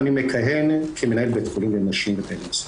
ואני מכהן כמנהל בית חולים לנשים בבילינסון.